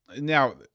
now